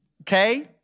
okay